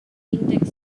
index